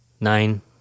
Nine